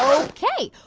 ok,